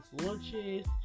lunches